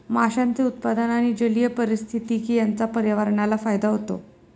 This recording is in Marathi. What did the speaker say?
माशांचे उत्पादन आणि जलीय पारिस्थितिकी यांचा पर्यावरणाला फायदा होतो